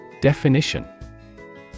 Definition